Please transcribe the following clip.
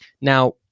Now